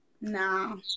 No